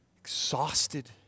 Exhausted